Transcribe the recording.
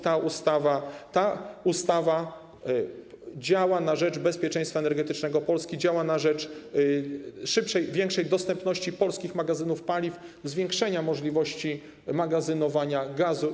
Ta ustawa działa na rzecz bezpieczeństwa energetycznego Polski, działa na rzecz szybszej, większej dostępności polskich magazynów paliw, zwiększenia możliwości magazynowania gazu.